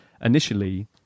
initially